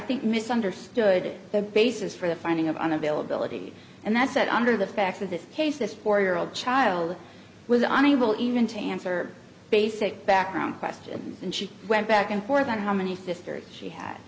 think miss understood the basis for the finding of on availability and that said under the facts of this case this four year old child was unable even to answer basic background questions and she went back and forth on how many sisters she had